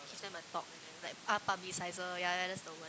give them a talk like ah publiciser ya ya ya that's the word